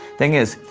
thing is,